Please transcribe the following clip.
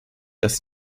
dass